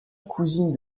cousine